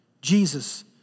Jesus